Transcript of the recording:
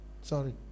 Sorry